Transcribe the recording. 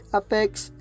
affects